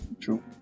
True